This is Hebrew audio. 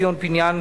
ציון פיניאן,